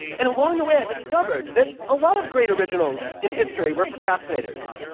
and along the way i discovered that a lot of great originals in history were procrastinators.